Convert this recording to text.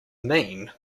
mean